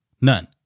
None